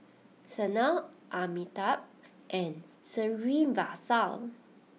Sanal Amitabh and Srinivasa